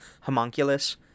homunculus